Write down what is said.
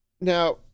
now